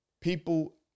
people